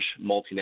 multinational